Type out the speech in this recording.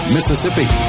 Mississippi